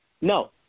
no